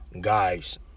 guys